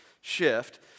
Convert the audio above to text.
shift